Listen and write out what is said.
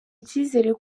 icyizere